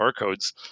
barcodes